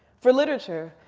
for literature,